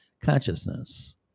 Consciousness